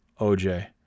OJ